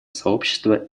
сообщества